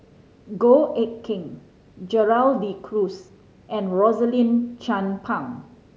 Goh Eck Kheng Gerald De Cruz and Rosaline Chan Pang